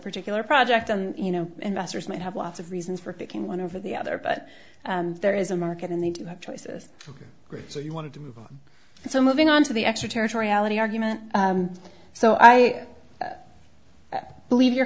particular project and you know investors might have lots of reasons for picking one over the other but there is a market and they do have choices great so you want to do so moving on to the extraterritoriality argument so i believe you're